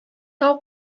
тау